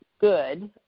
good